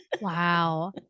wow